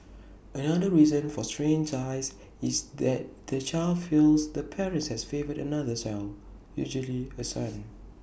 another reason for strained ties is that the child feels the parent has favoured another son usually A son